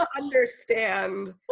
understand